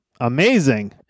Amazing